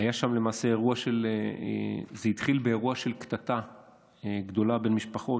זה התחיל באירוע של קטטה גדולה בין משפחות,